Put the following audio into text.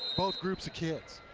both groups of kids.